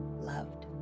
loved